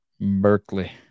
Berkeley